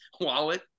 wallet